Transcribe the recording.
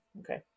Okay